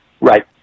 Right